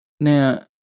Now